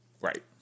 Right